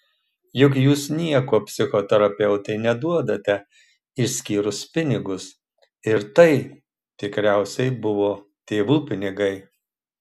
juk jūs nieko psichoterapeutei neduodate išskyrus pinigus ir tai tikriausiai buvo tėvų pinigai